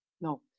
no